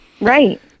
Right